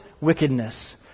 wickedness